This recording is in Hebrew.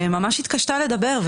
שממש התקשתה לדבר.